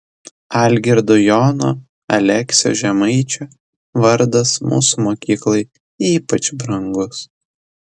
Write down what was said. algirdo jono aleksio žemaičio vardas mūsų mokyklai ypač brangus